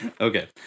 okay